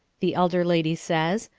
the elder lady says,